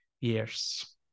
years